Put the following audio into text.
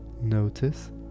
Notice